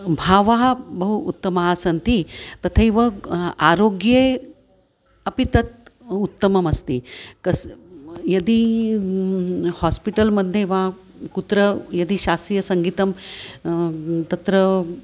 भावाः बहु उत्तमाः सन्ति तथैव आरोग्ये अपि तत् उत्तममस्ति कस्य यदि हास्पिटल् मध्ये वा कुत्र यदि शास्त्रीयसङ्गीतं तत्र